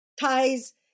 ties